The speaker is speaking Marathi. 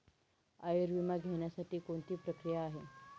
आयुर्विमा घेण्यासाठी कोणती प्रक्रिया आहे?